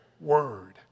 word